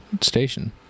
Station